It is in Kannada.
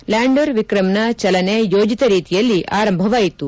ಲ್ಲಾಂಡರ್ ವಿಕ್ರಮ್ನ ಚಲನೆ ಯೋಜಿತ ರೀತಿಯಲ್ಲಿ ಆರಂಭವಾಯಿತು